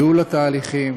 ייעול התהליכים,